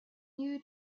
new